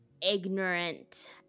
ignorant